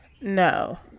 No